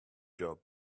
job